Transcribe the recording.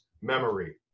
memory